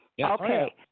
Okay